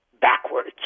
backwards